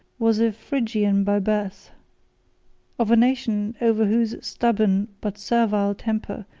was a phrygian by birth of a nation over whose stubborn, but servile temper,